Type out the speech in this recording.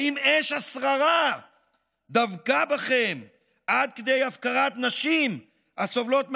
האם אש השררה דבקה בכם עד כדי הפקרת נשים הסובלות מאלימות,